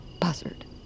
buzzard